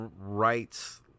rights